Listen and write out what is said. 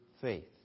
faith